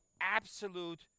absolute